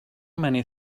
many